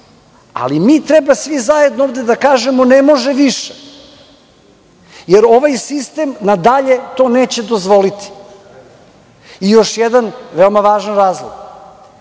ali mi treba svi zajedno ovde da kažemo – ne može više, jer ovaj sistem nadalje to neće dozvoliti. Još jedan važan razlog.